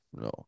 no